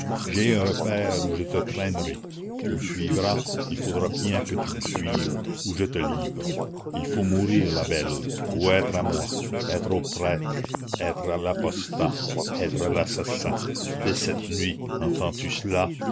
j'ai un repaire où je te traînerai tu me suivras il faudra bien que tu me suives ou je te livre il faut mourir la belle ou être à moi être au prêtre être à l'apostat être à l'assassin dès cette nuit entends-tu cela